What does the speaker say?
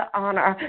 honor